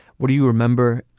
what do you remember.